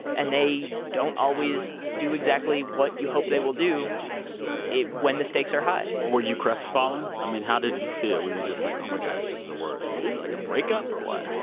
and they don't always do exactly what you hope they will do when the stakes are high were you crestfallen? i mean, how did you feel? were you just like, oh, my god, this is the worst? was it, like, a breakup or what?